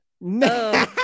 no